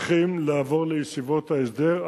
שצריכים לעבור לישיבות ההסדר.